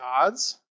odds